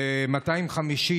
ו-250,